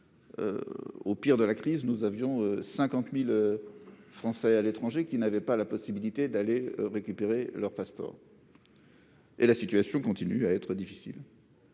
au pire de la crise, 50 000 Français résidant à l'étranger n'avaient pas la possibilité d'aller récupérer leur passeport. La situation continue à être difficile.